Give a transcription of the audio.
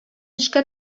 эшкә